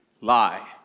Lie